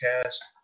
cast